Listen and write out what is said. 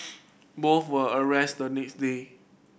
both were arrested the next day